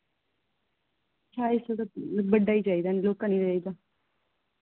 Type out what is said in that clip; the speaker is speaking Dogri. साइज ते बड्डा ही चाहिदा लोह्का नि चाहिदा